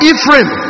Ephraim